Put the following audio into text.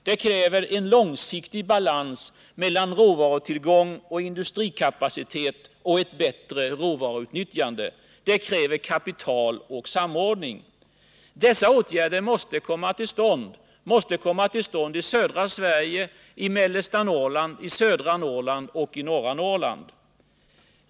Det kräver en långsiktig balans mellan råvarutillgång och industrikapacitet samt ett bättre råvaruutnyttjande. Det kräver kapital och samordning. Dessa åtgärder måste vidtas i södra Sverige, i mellersta Norrland, i södra Norrland och i norra Norrland.